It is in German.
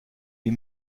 wie